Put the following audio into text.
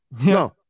no